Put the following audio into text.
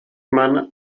man